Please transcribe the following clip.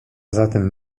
zatem